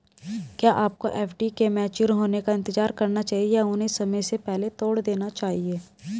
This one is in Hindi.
क्या आपको एफ.डी के मैच्योर होने का इंतज़ार करना चाहिए या उन्हें समय से पहले तोड़ देना चाहिए?